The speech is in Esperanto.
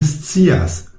scias